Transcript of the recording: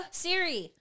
siri